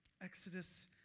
Exodus